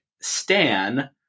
Stan